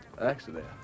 Accident